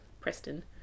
Preston